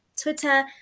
Twitter